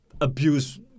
abuse